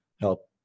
help